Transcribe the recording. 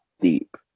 deep